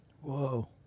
Whoa